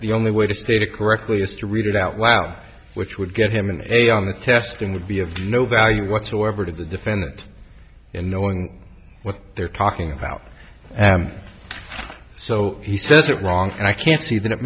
the only way to state a correctly is to read it out well which would give him an a on the testing would be of no value whatsoever to the defendant in knowing what they're talking about so he says it wrong and i can see that it